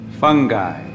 fungi